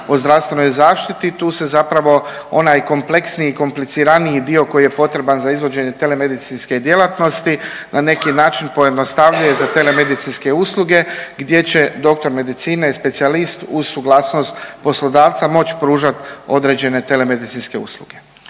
o zdravstvenoj zaštiti tu se zapravo onaj kompleksniji i kompliciraniji dio koji je potreban za izvođenje telemedicinske djelatnosti na neki način pojednostavljuje za telemedicinske usluge gdje će doktor medicine i specijalist uz suglasnost poslodavca moći pružat određene telemedicinske usluge.